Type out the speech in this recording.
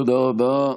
תודה רבה.